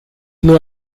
nur